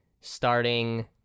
starting